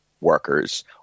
workers